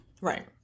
Right